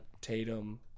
Tatum